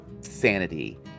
sanity